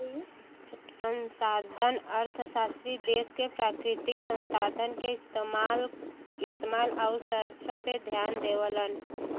संसाधन अर्थशास्त्री देश क प्राकृतिक संसाधन क इस्तेमाल आउर संरक्षण पे ध्यान देवलन